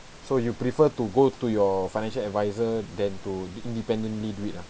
so you prefer to go to your financial advisor than to independently do it lah